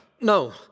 No